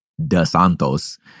DeSantos